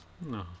No